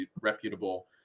reputable